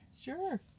sure